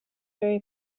very